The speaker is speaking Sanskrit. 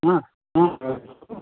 हा हा वदतु